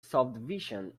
subdivision